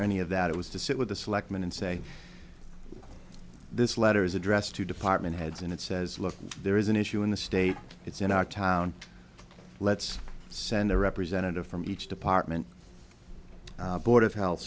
any of that it was to sit with the selectmen and say this letter is addressed to department heads and it says look there is an issue in the state it's in our town let's send a representative from each department board of health